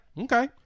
okay